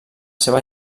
seva